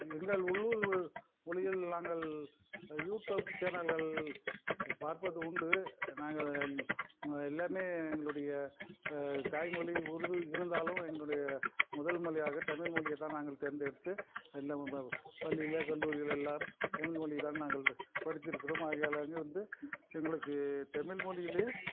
எங்கள் உள்ளூர் மொழியில் நாங்கள் யூடியூப் சேனல்கள் பார்ப்பது உண்டு நாங்கள் எல்லாமே எங்களுடைய தாய்மொழி உருது இருந்தாலும் எங்களுடைய முதல் மொழியாக தமிழ்மொழியைதான் நாங்கள் தேர்ந்து எடுத்து பள்ளியிலே கல்லூரிகள் எல்லாம் தமிழ்மொழியைதான் நாங்கள் படிச்சு இருக்கிறோம் ஆகையால் அங்கிருந்து எங்களுக்கு தமிழ்மொழியிலே